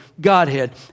Godhead